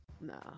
No